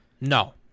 no